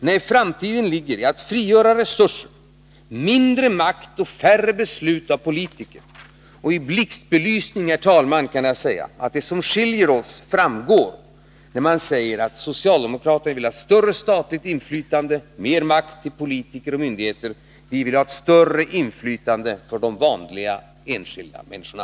Nej, framtiden ligger i friställande av resurser, mindre makt och färre beslut av politiker. Det som skiljer oss framstår i blixtbelysning, herr talman, när man säger att socialdemokrater vill ha större statligt inflytande, mer makt till politiker och myndigheter, medan vi vill ha större inflytande för de vanliga, enskilda människorna.